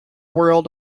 world